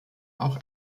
auch